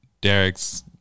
Derek's